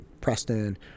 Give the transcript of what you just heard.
Preston